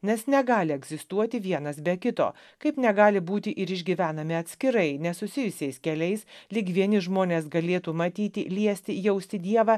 nes negali egzistuoti vienas be kito kaip negali būti ir išgyvenami atskirai nesusijusiais keliais lyg vieni žmonės galėtų matyti liesti jausti dievą